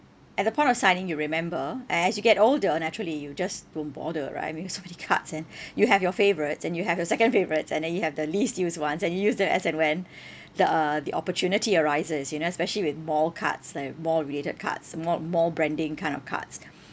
at the point of signing you remember and as you get older naturally you just don't bother right because so many cards and you have your favourites and you have your second favourites and then you have the least used ones and you use that as and when the uh the opportunity arises you know especially with mall cards like mall-related cards s~ mall mall branding kind of cards